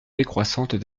décroissantes